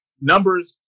numbers